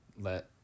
let